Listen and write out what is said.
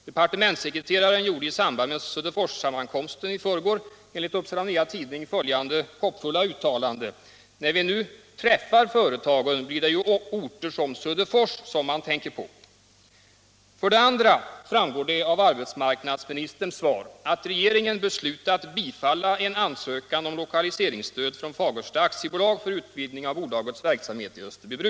Departementssekreteraren gjorde i samband med Söderforssammankomsten i förrgår enligt Upsala Nya Tidning följande hoppfulla uttalande: ”- När vi träffar företagen blir det ju orter som Söderfors som man tänker på.” För det andra framgår av arbetsmarknadsministerns svar att regeringen beslutat bifalla en ansökan från Fagersta AB om lokaliseringsstöd för utvidgning av bolagets verksamhet i Österbybruk.